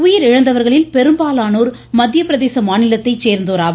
உயிரிழந்தவர்களில் பெரும்பாலானோர் மத்திய பிரதேச மாநிலத்தை சேர்ந்தவர்கள் ஆவர்